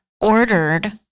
ordered